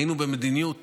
היינו במדיניות